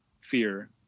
fear